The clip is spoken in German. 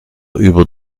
über